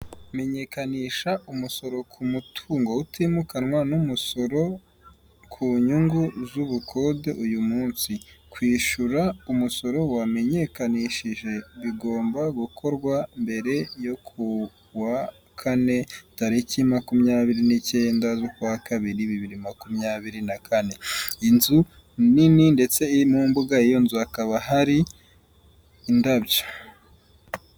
Menyekanisha umusoro ku mutungo utimukanwa n' umusoro ku nyungu z'ubukode uyu munsi .Kwishyura umusoro wamenyekanishije bigomba gukorwa mbere yo ku wa kane tariki makumyabiri n'icyenda z'ukwa kabiri bibiri makumyabiri na kane .Inzu nini ndetse iri mu mbuga iyo nzu hakaba hari indabyo.